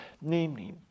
namely